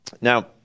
Now